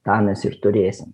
tą mes ir turėsim